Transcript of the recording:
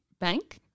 Bank